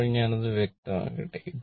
ഇപ്പോൾ ഞാൻ അത് വ്യക്തമാക്കട്ടെ